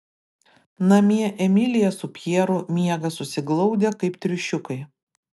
namie emilija su pjeru miega susiglaudę kaip triušiukai